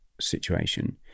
situation